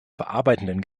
verarbeitenden